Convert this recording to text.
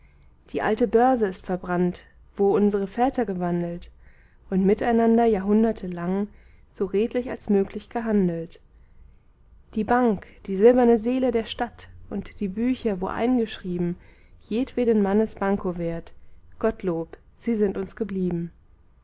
die alte börse ist verbrannt wo unsere väter gewandelt und miteinander jahrhundertelang so redlich als möglich gehandelt die bank die silberne seele der stadt und die bücher wo eingeschrieben jedweden mannes banko wert gottlob sie sind uns geblieben